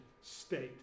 state